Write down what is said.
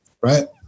right